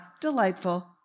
delightful